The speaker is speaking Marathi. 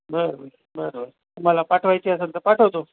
बर बर बर तुम्हाला पाठवायची असंल तर पाठवतो